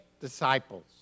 disciples